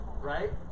Right